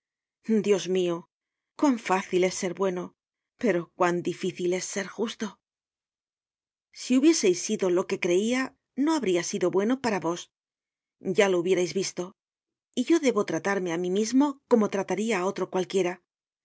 dios mio cuán fácil es ser bueno pero cuán difícil es ser justo si hubieseis sido lo que creia no habria sido bueno para vos ya lo hubiérais visto y yo debo tratarme á mí mismo como trataria á otro cualquiera